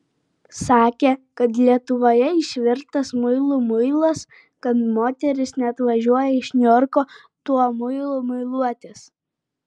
sakė kad lietuvoje išvirtas muilų muilas kad moterys net važiuoja iš niujorko tuo muilu muiluotis